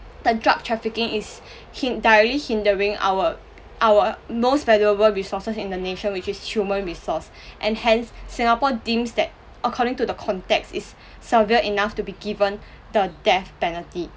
the drug trafficking is hin~ directly hindering our our most valuable resources in the nation which is human resource and hence singapore deems that according to the context it's severe enough to be given the death penalty